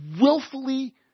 willfully